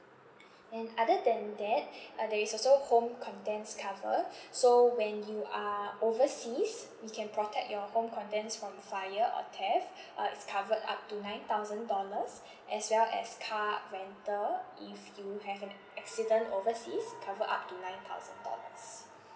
and other than that uh there is also home contents cover so when you are overseas we can protect your home contents from fire or theft uh is covered up to nine thousand dollars as well as car rental if you have an accident overseas we cover up to nine thousand dollars